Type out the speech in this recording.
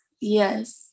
yes